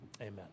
Amen